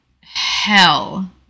Hell